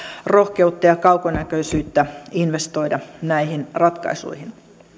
rohkeutta ja kaukonäköisyyttä investoida näihin ratkaisuihin